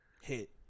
hit